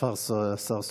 השר סופר.